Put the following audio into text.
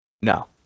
No